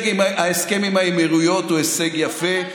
ההסכם עם האמירויות הוא הישג יפה,